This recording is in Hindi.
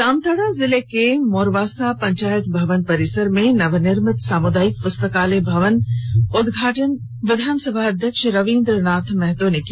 जामताडा जिले के मोरवासा पंचायत भवन परिसर में नवनिर्मित सामुदायिक पुस्तकालय भवन का उद्घाटन विधानसभाध्यक्ष रवींद्र नाथ महतो ने किया